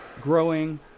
growing